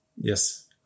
Yes